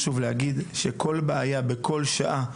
חשוב להגיד שכל בעיה בכל שעה,